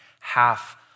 half